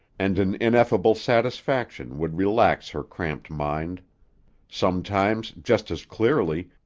and an ineffable satisfaction would relax her cramped mind sometimes, just as clearly,